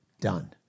done